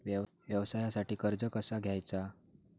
व्यवसायासाठी कर्ज कसा घ्यायचा?